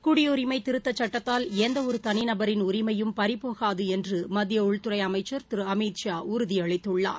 குடியுிமை திருத்தச் சட்டத்தால் எந்த ஒரு தனி நபரின் உரிமையும் பறிபோகாது என்று மத்திய உள்துறை அமைச்சர் திரு அமித்ஷா உறுதியளித்துள்ளது